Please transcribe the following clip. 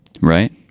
Right